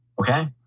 Okay